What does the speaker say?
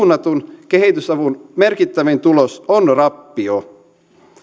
suunnatun kehitysavun merkittävin tulos on rappio